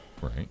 Right